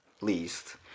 least